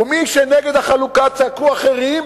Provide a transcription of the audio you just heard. ומי שנגד החלוקה, צעקו אחרים,